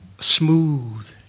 smooth